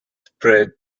spread